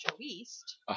East